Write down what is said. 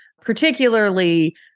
particularly